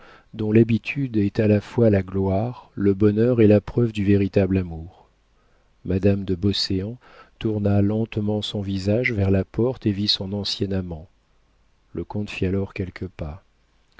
dont l'habitude est à la fois la gloire le bonheur et la preuve du véritable amour madame de beauséant tourna lentement son visage vers la porte et vit son ancien amant le comte fit alors quelques pas